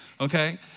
okay